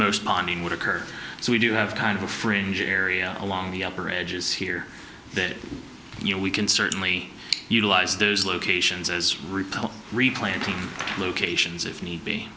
most bonding would occur so we do have kind of a fringe area along the upper edges here that you know we can certainly utilize those locations as repel replanting locations if need be